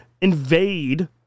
invade